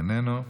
איננו,